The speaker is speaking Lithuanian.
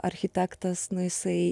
architektas nu jisai